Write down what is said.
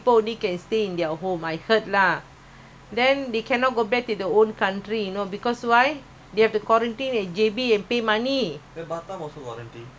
the old country you know because why they have to quarantine in J_B and pay money ya you go batam also quarantine ah you go